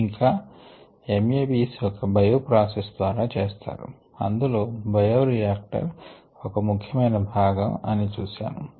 ఇంకా MAbs ఒక bio process ద్వారా చేస్తారు అందులో బయోరియాక్టర్ ఒక ముఖ్యమైన భాగం అని చూశాము